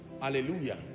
Hallelujah